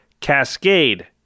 Cascade